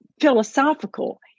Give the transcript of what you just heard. philosophical